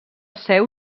seu